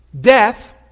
death